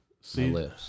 See